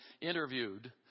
interviewed